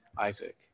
Isaac